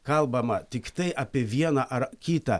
kalbama tiktai apie vieną ar kitą